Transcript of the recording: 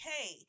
okay